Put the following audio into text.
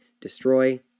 Destroy